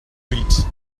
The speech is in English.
read